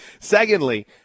Secondly